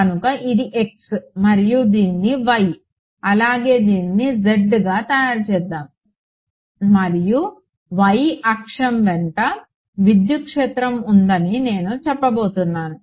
కనుక ఇది x మరియు దీనిని y అలాగే దీనిని z గా తయారు చేద్దాం మరియు y అక్షం వెంట విద్యుత్ క్షేత్రం ఉందని నేను చెప్పబోతున్నాను